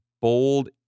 bold